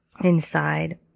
inside